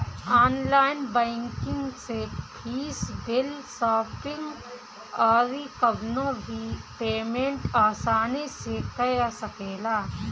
online banking से fees, bill, shopping अउरी कवनो भी पेमेंट आसानी से कअ सकेला